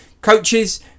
Coaches